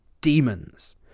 demons